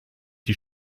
die